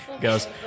goes